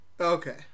okay